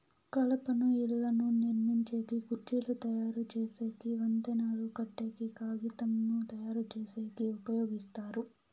కలపను ఇళ్ళను నిర్మించేకి, కుర్చీలు తయరు చేసేకి, వంతెనలు కట్టేకి, కాగితంను తయారుచేసేకి ఉపయోగిస్తారు